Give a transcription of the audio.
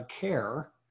care